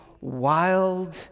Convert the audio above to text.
wild